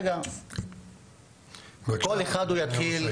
אני אומר